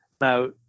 Now